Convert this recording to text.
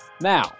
now